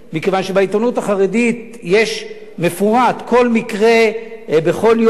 מכיוון שבעיתונות החרדית מפורט כל מקרה בכל יום.